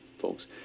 folks